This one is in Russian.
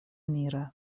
мира